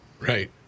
Right